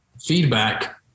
feedback